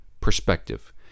perspective